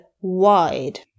wide